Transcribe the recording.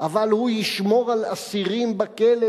והוא לא יהיה מתכנת מחשבים במטכ"ל,